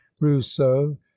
rousseau